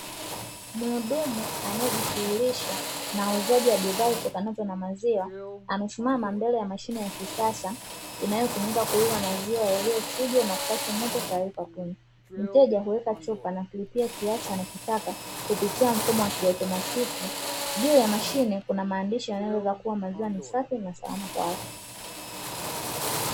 Mhudumu anayejishughulisha na uuzaji wa bidhaa zitokanazo na maziwa, amesimama mbele ya mashine ya kisasa, inayotumika kuuza maziwa yaliyochujwa na kupashwa moto tayari kwa kunywa. Mteja huweka chupa na kulipia kiasi anachotaka kupitia mfumo wa kiautomatiki. Juu ya mashine kuna maandishi yanayoeleza kuwa maziwa ni safi na salama kwa afya.